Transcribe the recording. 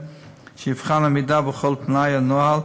שיבחן עמידה בכל תנאי הנוהל